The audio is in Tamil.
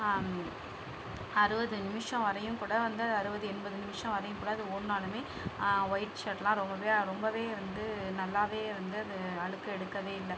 அறுபது நிமிஷம் வரையும் கூட வந்து அறுபது எண்பது நிமிஷம் வரையும் கூட அது ஓடினாலுமே ஒயிட் சர்ட்லாம் ரொம்ப ரொம்ப வந்து நல்லா வந்து அது அழுக்கு எடுக்கவே இல்லை